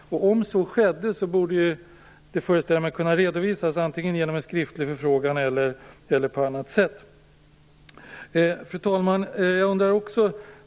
Om så skedde borde det, föreställer jag mig, kunna redovisas antingen genom en skriftlig förfrågan eller på annat sätt. Fru talman!